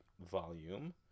volume